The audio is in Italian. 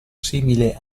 simile